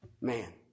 man